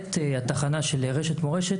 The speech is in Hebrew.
למעט התחנה של רשת מורשת,